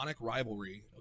rivalry